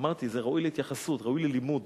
אני אמרתי שזה ראוי להתייחסות, ראוי ללימוד.